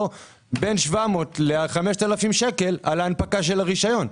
בין 700 ל-5,000 שקל על הנפקת הרשיון.